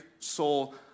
soul